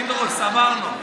פינדרוס, עברנו.